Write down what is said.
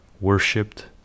worshipped